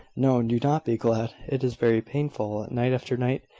no do not be glad. it is very painful, night after night.